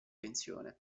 pensione